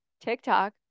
TikTok